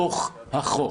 כי האגרות כלולות בתוך החוק.